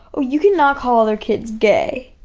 you can not call other kids gay,